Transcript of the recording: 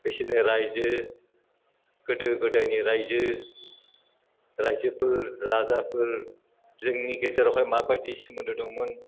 बिसोरनि रायजो गोदो गोदायनि रायजो रायजोफोर राजाफोर जोंनि गेजेरावहाय मा बायदि सोमोन्दो दंमोन